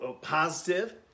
positive